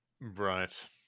Right